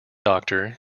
doctor